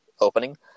opening